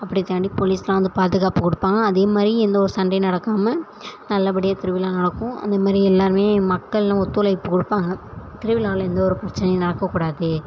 அப்படி தாண்டி போலீஸுலாம் வந்து பாதுகாப்பு கொடுப்பாங்க அதே மாதிரி எந்த ஒரு சண்டையும் நடக்காமல் நல்லபடியாக திருவிழா நடக்கும் அந்த மாரி எல்லோருமே மக்கள்லாம் ஒத்துழைப்பு கொடுப்பாங்க திருவிழால எந்த ஒரு பிரச்சனையும் நடக்கக்கூடாது